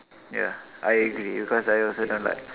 ya I agree because I also don't like